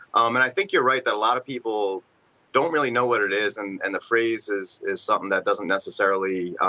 um and i think you are right that a lot of people don't really know what it is and and the phrase is is something that doesn't necessarily